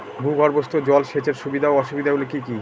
ভূগর্ভস্থ জল সেচের সুবিধা ও অসুবিধা গুলি কি কি?